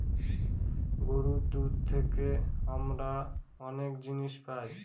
গরুর দুধ থেকে আমরা অনেক জিনিস পায়